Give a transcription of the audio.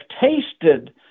tasted